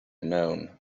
known